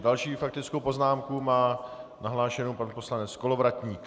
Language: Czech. Další faktickou poznámku má nahlášenu pan poslanec Kolovratník.